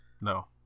No